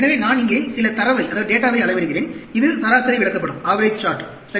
எனவே நான் இங்கே சில தரவை அளவிடுகிறேன் இது சராசரி விளக்கப்படம் சரி